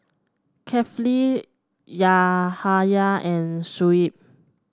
Kefli Yahaya and Shuib